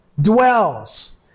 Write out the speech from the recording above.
dwells